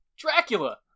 Dracula